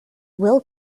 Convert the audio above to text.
will